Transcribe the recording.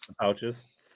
Pouches